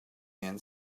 man